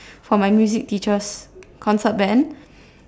for my music teacher's concert band